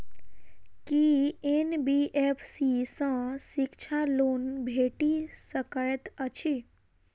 की NBFC सँ शिक्षा loan भेटि सकैत अछि?